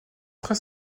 très